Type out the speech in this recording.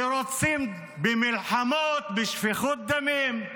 שרוצים במלחמות, בשפיכות דמים,